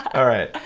all right.